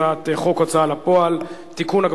הצעת חוק ההוצאה לפועל (תיקון,